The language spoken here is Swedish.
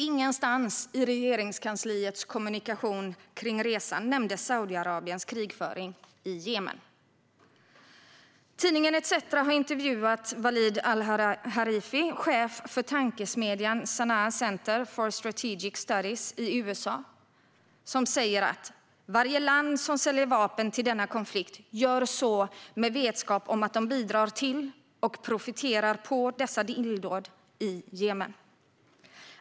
Ingenstans i Regeringskansliets kommunikation kring resan nämndes Saudiarabiens krigföring i Jemen. Tidningen ETC har intervjuat Waleed Alhariri, chef för tankesmedjan Sana'a Center for Strategic Studies i USA, som säger: Varje land som säljer vapen till denna konflikt gör så med vetskap om att det bidrar till, och profiterar på, dessa illdåd i Jemen.